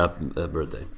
birthday